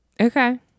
Okay